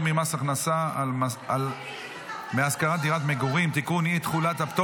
ממס על הכנסה מהשכרת דירת מגורים) ----- סליחה,